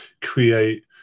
create